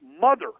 mother